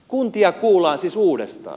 kuntia kuullaan siis uudestaan